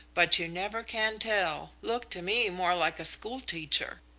but you never can tell. looked to me more like a schoolteacher.